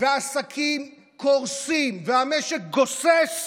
העסקים קורסים, המשק גוסס,